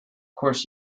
course